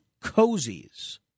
cozies